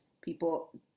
people